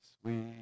sweet